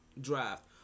draft